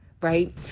right